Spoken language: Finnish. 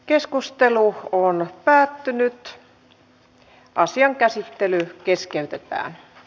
keskustelu päättyi ja asian käsittely keskeytetä a